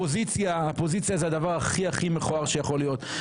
הפוזיציה היא הדבר הכי מכוער שיכול להיות.